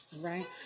right